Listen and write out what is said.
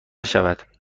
شود